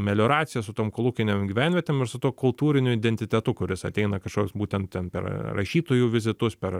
melioracija su tom kolūkinėm gyvenvietėm ir su tuo kultūriniu identitetu kuris ateina kažkoks būtent ten per rašytojų vizitus per